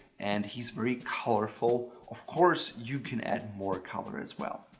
and he's very colorful, of course you can add more color as well.